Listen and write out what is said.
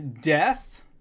death